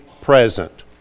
present